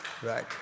Right